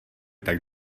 tak